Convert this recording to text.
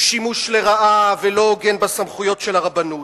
הוא שימוש לרעה ושימוש לא הוגן בסמכויות של הרבנות.